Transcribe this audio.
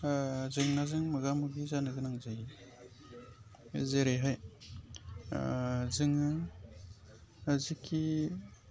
जेंनाजों मोगा मोगि जानो गोनां जायो जेरैहाय जोङो जिकि